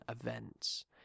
events